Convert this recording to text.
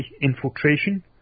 Infiltration